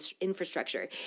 infrastructure